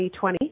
2020